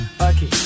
Okay